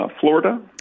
Florida